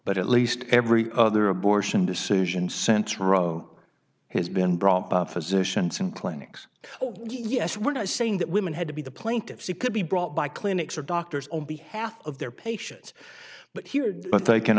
but at least every other abortion decision center oh has been brought up physicians and clinics oh yes we're not saying that women had to be the plaintiffs it could be brought by clinics or doctors on behalf of their patients but here but they can